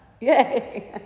Yay